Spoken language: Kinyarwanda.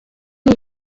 ubu